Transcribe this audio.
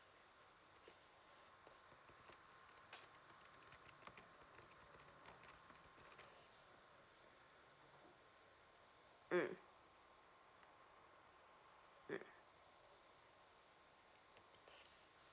mm mm